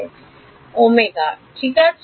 সুতরাংওমেগা ঠিক আছে